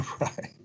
Right